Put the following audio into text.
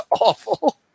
awful